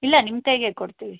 ಇಲ್ಲ ನಿಮ್ಮ ಕೈಗೇ ಕೊಡ್ತೀವಿ